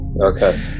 Okay